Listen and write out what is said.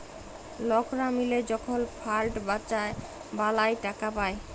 লকরা মিলে যখল ফাল্ড বালাঁয় টাকা পায়